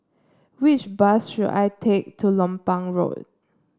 which bus should I take to Lompang Road